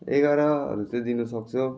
एघारहरू चाहिँ दिनु सक्छु